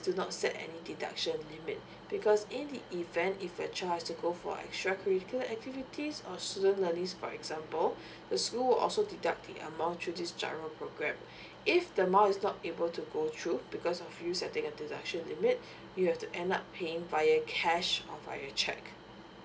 do not set any deduction limit because in the event if your child has to go for extra curricular activities or student for example the school will also deduct the amount through this giro programme if the amount is not able to go through because of you setting a deduction limit you have to end up paying via cash or via cheque